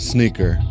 Sneaker